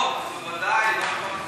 בוודאי, נכון.